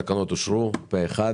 הצבעה התקנות אושרו התקנות אושרו פה אחד.